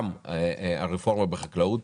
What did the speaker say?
גם הרפורמה בחקלאות,